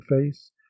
face